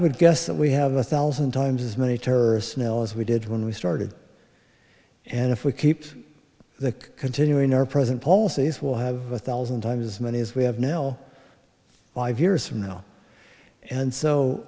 would guess that we have a thousand times as many terrorists now as we did when we started and if we keep continuing our present policies will have a thousand times as many as we have now five years from now and so